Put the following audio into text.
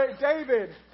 David